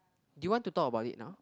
do you want to talk about it now